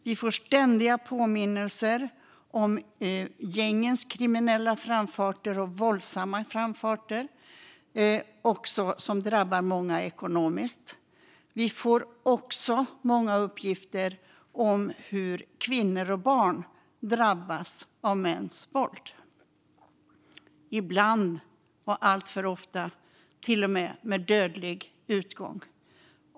Vi får ständiga påminnelser om de kriminella gängens våldsamma framfart, som drabbar många ekonomiskt. Vi får också många uppgifter om hur kvinnor och barn drabbas av mäns våld - alltför ofta med dödlig utgång.